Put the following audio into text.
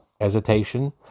hesitation